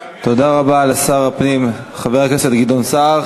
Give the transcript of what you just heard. תודה רבה לשר הפנים חבר הכנסת גדעון סער.